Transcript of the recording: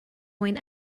mwyn